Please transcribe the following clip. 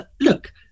look